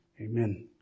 Amen